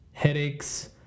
Headaches